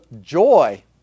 joy